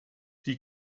die